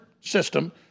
system